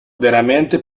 veramente